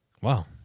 Wow